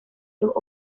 los